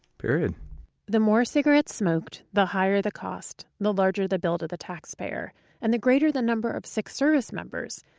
period the more cigarettes smoked, the higher the cost, the larger the bill to the taxpayer and the greater the number of sick service members.